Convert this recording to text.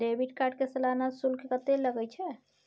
Debit card के सालाना शुल्क कत्ते लगे छै?